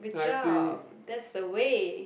good job that's the way